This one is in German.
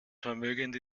vermögend